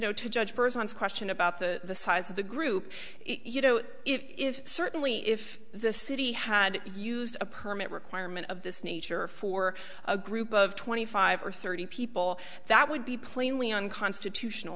know to judge a person's question about the size of the group you know if certainly if the city had used a permit requirement of this nature for a group of twenty five or thirty people that would be plainly unconstitutional